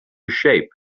shape